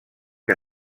que